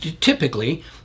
typically